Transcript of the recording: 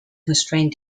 constrained